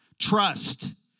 Trust